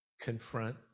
confront